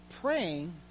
Praying